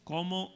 ¿Cómo